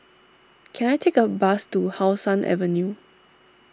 can I take a bus to How Sun Avenue